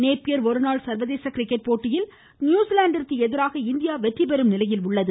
Napier ஒருநாள் சர்வதேச cricket போட்டியில் நியூசிலாந்திற்கு எதிராக இந்தியா வெற்றிபெறும் நிலையில் உள்ளது